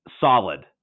solid